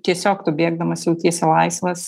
tiesiog tu bėgdamas jautiesi laisvas